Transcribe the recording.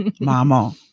Mama